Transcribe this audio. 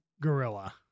gorilla